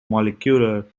molecular